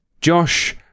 Josh